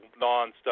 nonstop